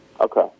Okay